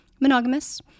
monogamous